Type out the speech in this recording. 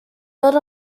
not